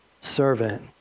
servant